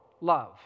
love